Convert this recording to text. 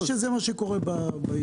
ראינו שזה מה שקורה ביישוב.